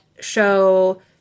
show